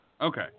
Okay